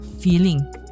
feeling